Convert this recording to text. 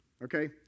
Okay